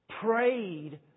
prayed